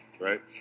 Right